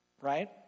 right